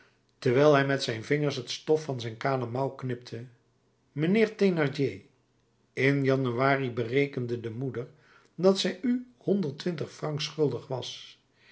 terwijl hij met zijn vingers het stof van zijn kale mouw knipte mijnheer thénardier in januari berekende de moeder dat zij u honderd twintig francs schuldig was